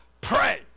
Pray